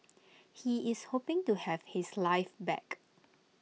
he is hoping to have his life back